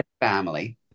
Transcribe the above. Family